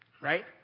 right